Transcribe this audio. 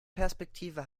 perspektive